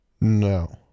No